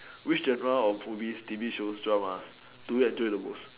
which genre of movies T_V shows drama do you enjoy the most